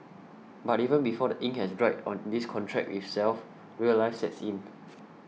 but even before the ink has dried on this contract with self real life sets in